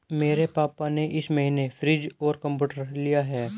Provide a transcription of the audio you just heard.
मेरे पापा ने इस महीने फ्रीज और कंप्यूटर लिया है